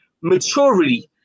maturity